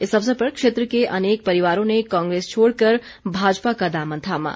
इस अवसर पर क्षेत्र के अनेक परिवारों ने कांग्रेस छोड़कर भाजपा का दामन थामा